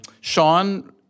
Sean